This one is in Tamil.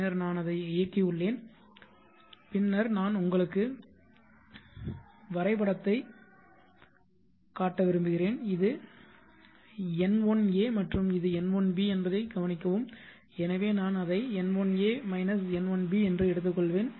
பின்னர் நான் அதை இயக்கி உள்ளேன் பின்னர் நான் உங்களுக்கு வரைபடத்தை காட்ட விரும்புகிறேன் இது nlA மற்றும் இது nlB என்பதைக் கவனிக்கவும் எனவே நான் அதைக் nlA nlB என்று எடுத்துக்கொள்வேன்